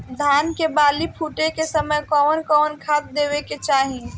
धान के बाली फुटे के समय कउन कउन खाद देवे के चाही?